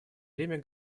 время